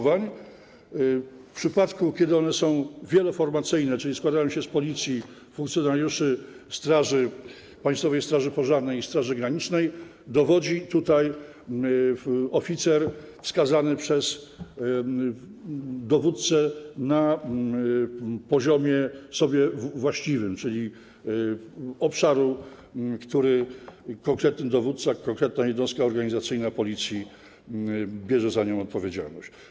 W przypadku gdy one są wieloformacyjne, czyli składają się z funkcjonariuszy Policji, Państwowej Straży Pożarnej i Straży Granicznej, dowodzi oficer wskazany przez dowódcę na poziomie sobie właściwym, czyli obszaru, za który konkretny dowódca, konkretna jednostka organizacyjna Policji biorą odpowiedzialność.